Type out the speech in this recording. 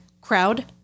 crowd